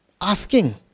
asking